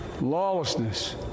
lawlessness